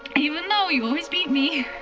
even though you always beat me,